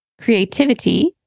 creativity